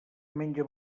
menja